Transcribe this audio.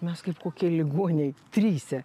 mes kaip kokie ligoniai trise